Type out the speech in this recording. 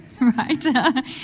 right